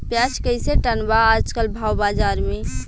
प्याज कइसे टन बा आज कल भाव बाज़ार मे?